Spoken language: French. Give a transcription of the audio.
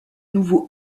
nouveau